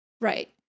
Right